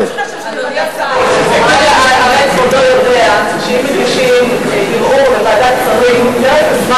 תגיד את זה לחברים שלך שיושבים בוועדת השרים.